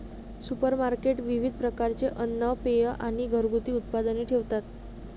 supermarket विविध प्रकारचे अन्न, पेये आणि घरगुती उत्पादने ठेवतात